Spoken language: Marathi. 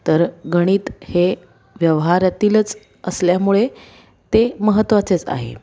तर गणित हे व्यवहारातीलच असल्यामुळे ते महत्वाचेच आहे